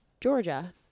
Georgia